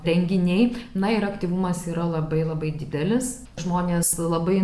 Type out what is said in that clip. renginiai na ir aktyvumas yra labai labai didelis žmonės labai